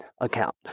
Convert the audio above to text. account